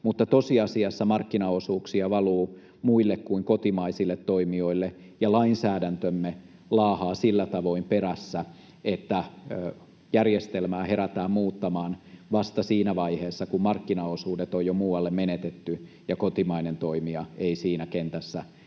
mutta tosiasiassa markkinaosuuksia valuu muille kuin kotimaisille toimijoille ja lainsäädäntömme laahaa sillä tavoin perässä, että järjestelmää herätään muuttamaan vasta siinä vaiheessa, kun markkinaosuudet on jo muualle menetetty ja kotimainen toimija ei siinä kentässä enää